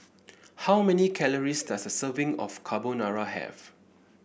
how many calories does a serving of Carbonara have